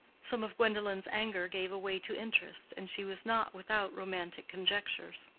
some of gwendolen's anger gave way to interest, and she was not without romantic conjectures.